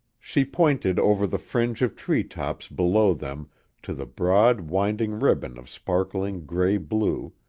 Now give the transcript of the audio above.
she pointed over the fringe of treetops below them to the broad, winding ribbon of sparkling gray-blue,